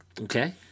Okay